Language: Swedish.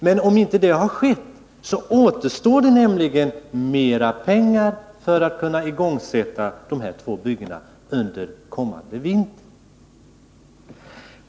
Men om inte så har skett, kvarstår behovet av mer pengar för att man skall kunna igångsätta dessa två byggen under kommande vinter.